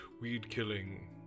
weed-killing